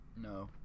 No